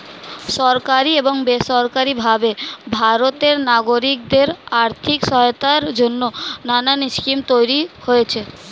সরকারি এবং বেসরকারি ভাবে ভারতের নাগরিকদের আর্থিক সহায়তার জন্যে নানা স্কিম তৈরি হয়েছে